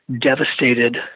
devastated